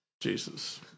Jesus